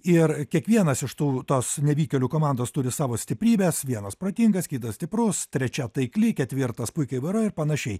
ir kiekvienas iš tų tos nevykėlių komandos turi savo stiprybes vienas protingas kitas stiprus trečia taikli ketvirtas puikiai vairuoja ir panašiai